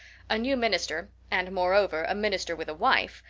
a new minister, and moreover a minister with a wife,